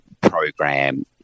program